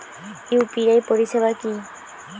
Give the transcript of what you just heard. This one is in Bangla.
ইউ.পি.আই পরিসেবা কি?